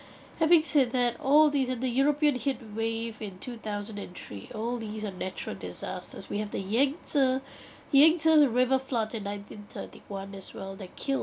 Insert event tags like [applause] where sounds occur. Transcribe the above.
having said that all these and the european heatwave in two thousand and three all these are natural disasters we have the yangtze [breath] yangtze river floods in nineteen thirty one as well that killed